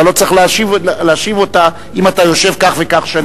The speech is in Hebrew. אתה לא צריך להשיב אותה אם אתה יושב כך וכך שנים.